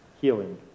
healing